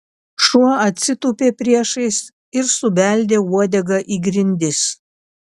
šuo atsitūpė priešais ir subeldė uodega į grindis